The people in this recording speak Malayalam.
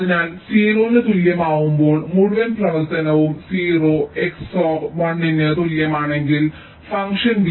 അതിനാൽ 0 ന് തുല്യമാകുമ്പോൾ മുഴുവൻ പ്രവർത്തനവും 0 XOR 1 ന് തുല്യമാണെങ്കിൽ function b 0 XOR b b ആണ്